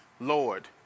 Lord